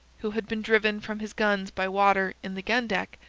who had been driven from his guns by water in the gun-deck,